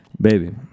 Baby